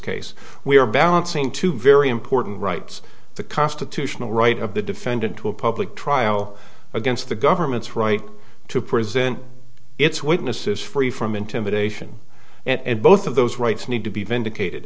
case we are balancing two very important rights the constitutional right of the defendant to a public trial against the government's right to present its witnesses free from intimidation and both of those rights need to be vindicated